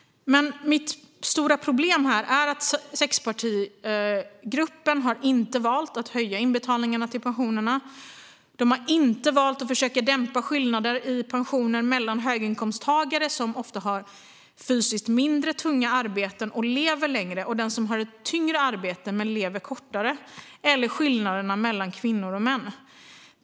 Mitt stora problem är att sexpartigruppen inte har valt att höja inbetalningarna till pensionerna. Den har inte valt att försöka dämpa skillnader i pensionen mellan höginkomsttagare, som ofta har mindre fysiskt tunga arbeten och lever längre, och den som har ett tyngre arbete men lever kortare eller skillnader mellan kvinnor och män.